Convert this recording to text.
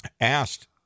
asked